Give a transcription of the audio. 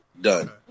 done